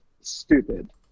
stupid